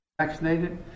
vaccinated